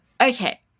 Okay